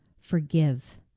forgive